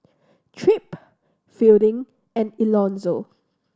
Tripp Fielding and Elonzo